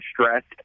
stressed